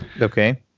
Okay